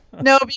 No